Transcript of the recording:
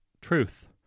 Truth